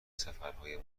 سفرهای